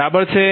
બરાબર છે